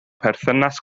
perthynas